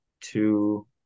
Two